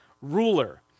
ruler